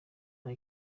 nta